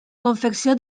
confecció